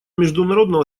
международного